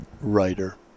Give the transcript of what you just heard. writer